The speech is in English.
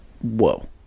Whoa